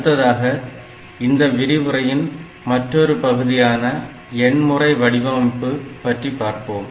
அடுத்ததாக இந்த விரிவுரையின் மற்றொரு பகுதியான எண்முறை வடிவமைப்பு பற்றி பார்ப்போம்